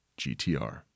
GTR